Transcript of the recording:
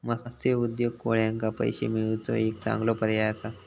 मत्स्य उद्योग कोळ्यांका पैशे मिळवुचो एक चांगलो पर्याय असा